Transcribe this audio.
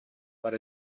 but